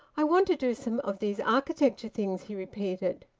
i want to do some of these architecture things, he repeated.